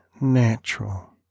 natural